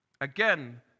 Again